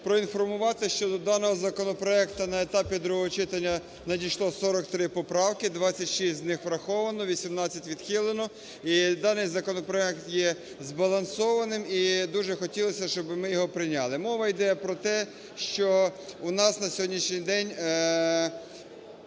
проінформувати, що до даного законопроекту на етапі другого читання надійшло 43 поправки, 26 з них враховано, 18 відхилено,і даний законопроект є збалансованим, і дуже хотілося, щоби ми його прийняли. Мова йде про те, що у нас на сьогоднішній день